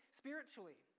spiritually